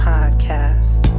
Podcast